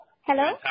Hello